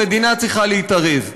המדינה צריכה להתערב,